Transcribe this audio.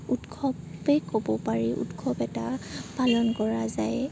উৎসৱেই ক'ব পাৰি উৎসৱ এটা পালন কৰা যায়